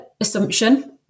assumption